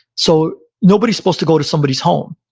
so nobody's supposed to go to somebody's home.